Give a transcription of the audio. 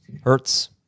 Hertz